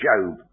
Job